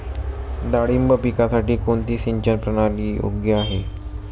डाळिंब पिकासाठी कोणती सिंचन प्रणाली योग्य आहे?